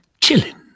chilling